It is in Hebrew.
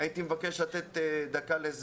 הייתי מבקש לתת דקה לזאב.